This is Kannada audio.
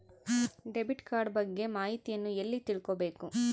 ಡೆಬಿಟ್ ಕಾರ್ಡ್ ಬಗ್ಗೆ ಮಾಹಿತಿಯನ್ನ ಎಲ್ಲಿ ತಿಳ್ಕೊಬೇಕು?